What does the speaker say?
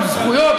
עם זכויות,